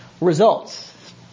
results